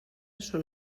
són